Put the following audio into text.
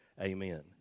amen